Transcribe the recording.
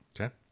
okay